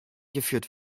geführt